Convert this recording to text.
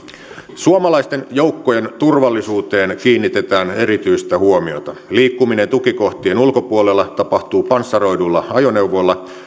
suomalaisten joukkojen turvallisuuteen kiinnitetään erityistä huomiota liikkuminen tukikohtien ulkopuolella tapahtuu panssaroiduilla ajoneuvoilla